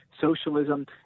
socialism